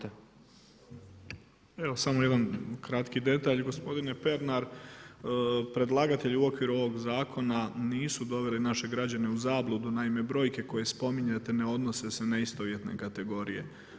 Evo samo jedan kratki detalj, gospodine Pernar, predlagatelji u okviru ovog zakona nisu doveli naše građane u zabludu, naime, brojke koje spominjete ne odnose se na istovjetne kategorije.